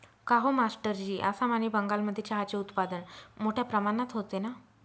काहो मास्टरजी आसाम आणि बंगालमध्ये चहाचे उत्पादन मोठया प्रमाणात होते ना